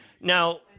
Now